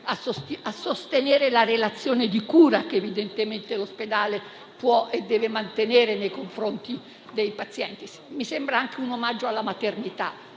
sostenere la relazione di cura che evidentemente può e deve mantenere nei confronti dei pazienti. Mi sembra anche un omaggio alla maternità